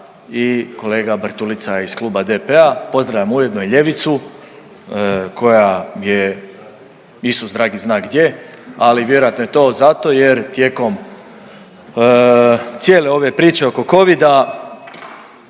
i kolega Bartulica iz Kluba DP-a, pozdravljam ujedno i ljevicu koja je Isus dragi zna gdje, ali vjerojatno je to zato jer tijekom cijele ove priče oko covida